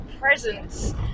presence